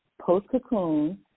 post-cocoon